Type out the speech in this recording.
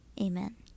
Amen